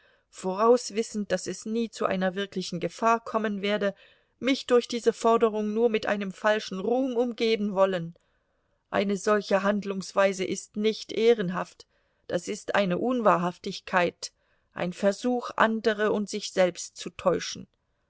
vorauswissend daß es nie zu einer wirklichen gefahr kommen werde mich durch diese forderung nur mit einem falschen ruhm umgeben wollen eine solche handlungsweise ist nicht ehrenhaft das ist eine unwahrhaftigkeit ein versuch andere und sich selbst zu täuschen